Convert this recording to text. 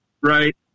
right